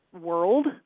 world